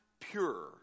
pure